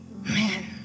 man